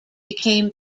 became